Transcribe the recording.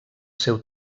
seu